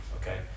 okay